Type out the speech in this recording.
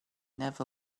never